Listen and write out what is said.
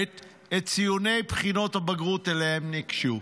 את ציוני בחינות הבגרות שאליהן ניגשו.